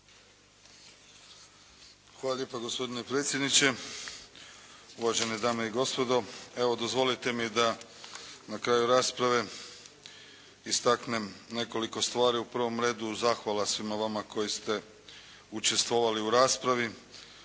Hvala lijepa gospodine predsjedniče, uvažene dame i gospodo, evo dozvolite mi da na kraju rasprave istaknem nekoliko stvari, u prvom redu zahvala svima vama koji ste učestvovali u raspravi,